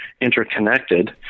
interconnected